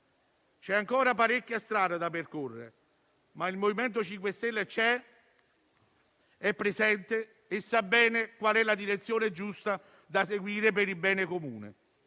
C'è ancora parecchia strada da percorrere, ma il MoVimento 5 Stelle c'è, è presente e sa bene qual è la direzione giusta da seguire per il bene comune